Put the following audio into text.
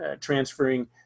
transferring